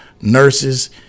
nurses